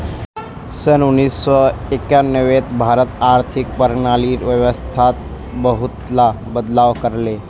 सन उन्नीस सौ एक्यानवेत भारत आर्थिक प्रणालीर व्यवस्थात बहुतला बदलाव कर ले